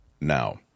now